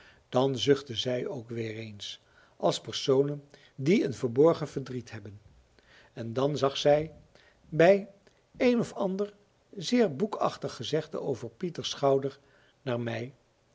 dan zuchtte zij ook weer eens als personen die een verborgen verdriet hebben en dan zag zij bij een of ander zeer boekachtig gezegde over pieters schouder naar mij